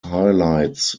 highlights